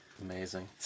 Amazing